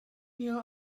neil